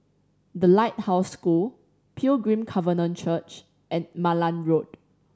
The Lighthouse School Pilgrim Covenant Church and Malan Road